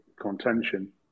contention